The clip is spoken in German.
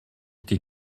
die